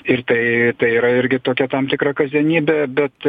ir tai tai yra irgi tokia tam tikra kasdienybė bet